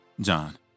John